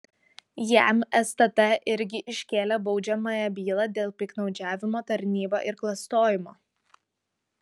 jam stt irgi iškėlė baudžiamąją bylą dėl piktnaudžiavimo tarnyba ir klastojimo